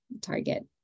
target